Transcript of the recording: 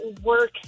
work